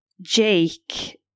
Jake